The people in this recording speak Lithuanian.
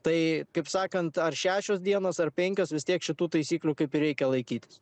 tai kaip sakant ar šešios dienos ar penkios vis tiek šitų taisyklių kaip ir reikia laikytis